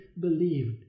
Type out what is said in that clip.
believed